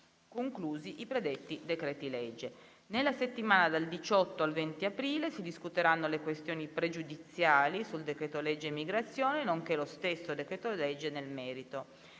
conclusi i predetti decreti-legge. Nella settimana dal 18 al 20 aprile si discuteranno le questioni pregiudiziali sul decreto-legge immigrazione, nonché lo stesso decreto-legge nel merito,